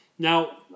Now